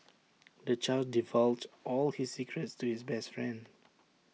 the child divulged all his secrets to his best friend